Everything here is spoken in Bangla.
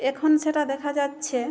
এখন সেটা দেখা যাচ্ছে